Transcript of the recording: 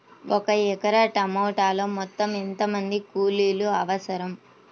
ఒక ఎకరా టమాటలో మొత్తం ఎంత మంది కూలీలు అవసరం?